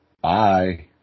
Bye